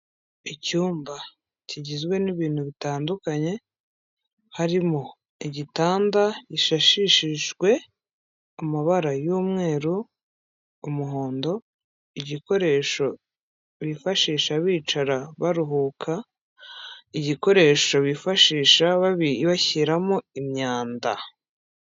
Icyumba kigizwe n'ibintu bitandukanye, harimo igitanda gishashishijwe amabara y'umweru, umuhondo, igikoresho bifashisha bicara baruhuka, igikoresho bifashisha bashyiramo imyanda.